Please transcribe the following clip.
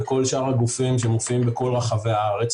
וכל שאר הגופים שמופיעים בכל רחבי הארץ,